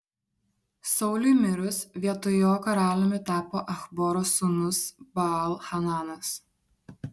sauliui mirus vietoj jo karaliumi tapo achboro sūnus baal hananas